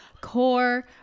core